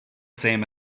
same